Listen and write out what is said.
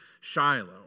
Shiloh